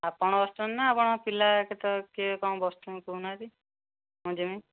ଆପଣ ବସୁଛନ୍ତି ନା ଆପଣଙ୍କ ପିଲା କେତେବେଳେ କିଏ କ'ଣ ବସୁଛନ୍ତି କହୁନାହାଁନ୍ତି ମୁଁ ଯିବି